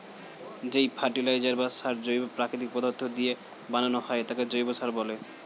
যেই ফার্টিলাইজার বা সার জৈব প্রাকৃতিক পদার্থ দিয়ে বানানো হয় তাকে জৈব সার বলে